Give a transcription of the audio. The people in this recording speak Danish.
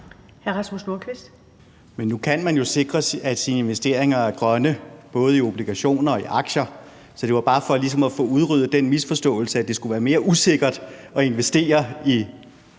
Men nu kan man jo sikre, at ens investeringer er grønne, både i forhold til obligationer og aktier. Så det var bare for ligesom at få udryddet den misforståelse, at det skulle være mere usikkert at investere i